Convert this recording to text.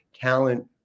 talent